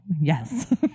Yes